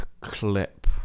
clip